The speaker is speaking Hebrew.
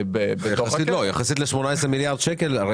יחסית ל-18 מיליארד שקל.